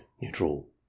Neutral